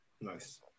Nice